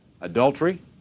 Adultery